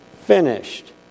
finished